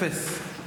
אפס,